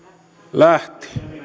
lähti